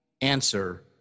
Answer